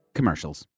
commercials